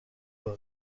burn